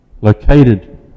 Located